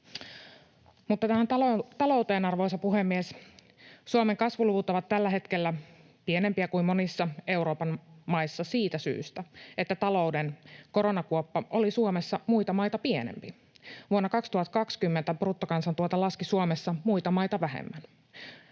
Mutta tähän talouteen, arvoisa puhemies: Suomen kasvuluvut ovat tällä hetkellä pienempiä kuin monissa Euroopan maissa siitä syystä, että talouden koronakuoppa oli Suomessa muita maita pienempi. Vuonna 2020 bruttokansantuote laski Suomessa muita maita vähemmän.